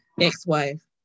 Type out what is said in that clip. ex-wife